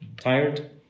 Tired